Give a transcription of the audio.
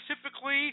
specifically